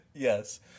Yes